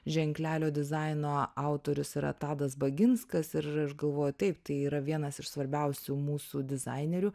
ženklelio dizaino autorius yra tadas baginskas ir ir aš galvoju taip tai yra vienas iš svarbiausių mūsų dizainerių